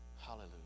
Hallelujah